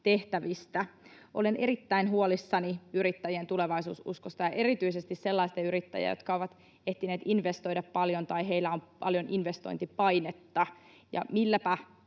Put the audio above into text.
tehtävistä. Olen erittäin huolissani yrittäjien tulevaisuususkosta ja erityisesti sellaisten yrittäjien, jotka ovat ehtineet investoida paljon tai heillä on paljon investointipainetta, ja milläpä